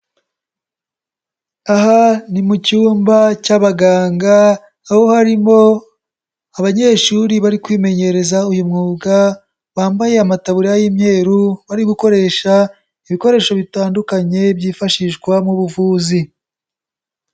Aha ni mu cyumba cy'abaganga aho harimo abanyeshuri bari kwimenyereza uyu mwuga, bambaye amataburiya y'imyeru bari gukoresha ibikoresho bitandukanye byifashishwa mu buvuzi.